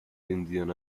indian